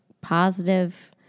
positive